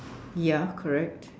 ya correct